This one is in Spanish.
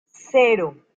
cero